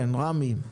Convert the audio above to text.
כן, רמי.